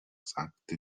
sagte